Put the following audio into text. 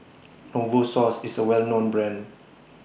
Novosource IS A Well known Brand